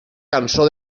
cançó